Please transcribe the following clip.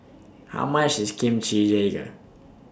How much IS Kimchi Jjigae